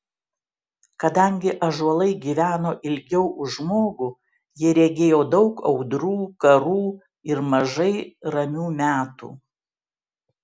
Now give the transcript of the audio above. kadangi ąžuolai gyveno ilgiau už žmogų jie regėjo daug audrų karų ir mažai ramių metų